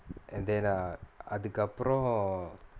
and then அதுக்கு அப்புறம்:athukku appuram